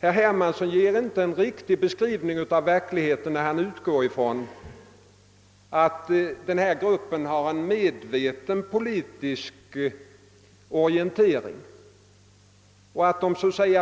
Herr Hermansson ger inte en riktig beskrivning av verkligheten när han utgår ifrån att dessa människor över lag har en medveten politisk orientering och att de